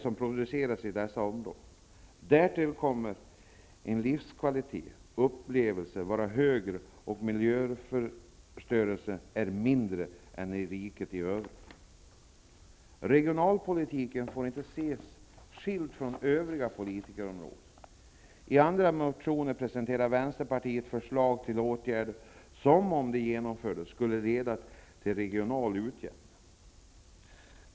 Därtill kommer att livskvaliteten i de här områdena upplevs vara bättre och att miljöförstörelsen där är mindre än den är i riket i övrigt. Regionalpolitiken får inte ses såsom avskild från övriga politikområden. I några motioner presenterar Vänsterpartiet förslag till åtgärder som, om de förverkligades, skulle leda till en regional utjämning.